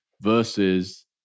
versus